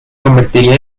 convertiría